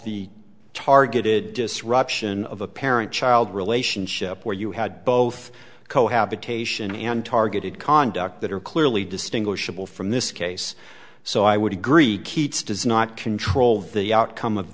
the targeted disruption of a parent child relationship where you had both cohabitation and targeted conduct that are clearly distinguishable from this case so i would agree keats does not control the outcome of